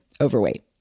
overweight